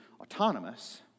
Autonomous